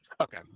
Okay